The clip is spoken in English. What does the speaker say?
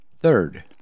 Third